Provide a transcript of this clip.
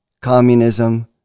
communism